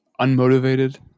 unmotivated